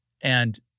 And-